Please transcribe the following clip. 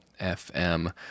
FM